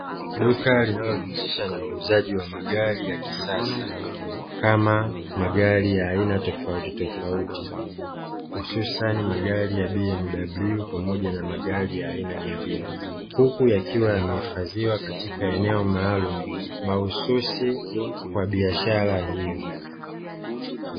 Duka linalo jihusisha na uuzaji wa magari ya kisasa kama magari ya aina tofauti tofauti hususa ni magari ya "BMW" pamoja na magari ya aina nyingine huku yakiwa yamehifadhiwa katika eneo maalumu mahususi kwa biashara hiyo.